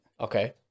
Okay